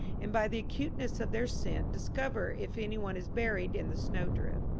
and by the acuteness of their scent discover if any one is buried in the snowdrift.